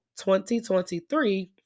2023